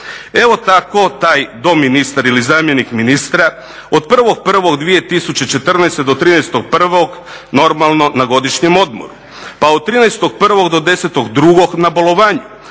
Evo tako taj doministar ili zamjenik ministra od 1.1.2014. do 13.1. normalno na godišnjem odmoru. Pa od 13.1. do 10.2. na bolovanju,